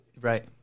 Right